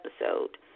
episode